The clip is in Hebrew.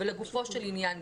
לגופו של עניין,